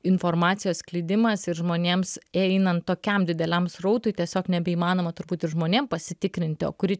informacijos sklidimas ir žmonėms einant tokiam dideliam srautui tiesiog nebeįmanoma turbūt ir žmonėm pasitikrinti o kuri